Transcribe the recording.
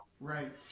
right